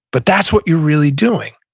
but that's what you're really doing.